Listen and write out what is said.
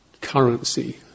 currency